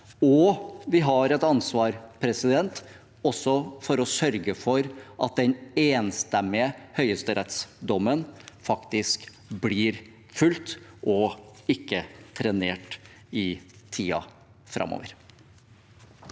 også et ansvar for å sørge for at den enstemmige høyesterettsdommen faktisk blir fulgt og ikke trenert i tiden framover.